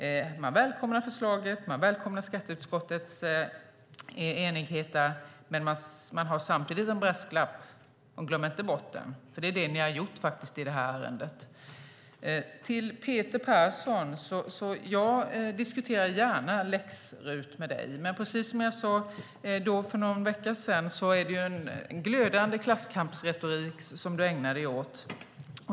Man välkomnar förslaget och välkomnar skatteutskottets enighet, men man har samtidigt en brasklapp. Glöm inte bort den! Det är det ni har gjort i det här ärendet. Jag diskuterar gärna läx-RUT med dig, Peter Persson. Men precis som jag sade för någon vecka sedan är det en glödande klasskampsretorik som du ägnar dig åt.